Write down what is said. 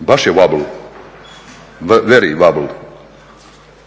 Baš je …, kada se